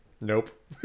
nope